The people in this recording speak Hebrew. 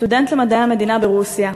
סטודנט למדעי המדינה ברוסיה,